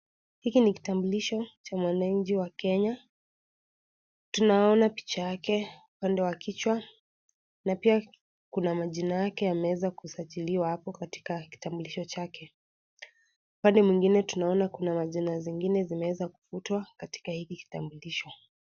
Hiki ni kitambulisho cha mwananchi wa Kenya . Tunaona picha yake upande wa kichwa , na pia kuna majina yake yameweza kusajiliwa hapo katika kitambulisho chake .Upande mwingine tunaona kuna majina zingine zimeweza kufutwa katika hiki kitambulisho.